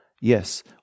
Yes